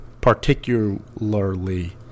Particularly